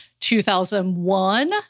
2001